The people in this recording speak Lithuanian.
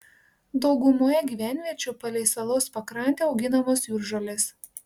daugumoje gyvenviečių palei salos pakrantę auginamos jūržolės